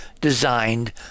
designed